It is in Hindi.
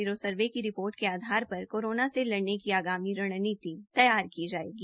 सिरो सर्वे की रिपोर्ट के आधार पर कोरोना से लडने की आगामी रणनीति तैयार की जाएगी